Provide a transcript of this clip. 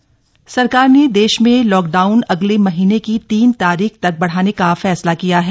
lockdown बढा सरकार ने देश में लॉकडाउन अगले महीने की तीन तारीख तक बढ़ाने का फैसला किया है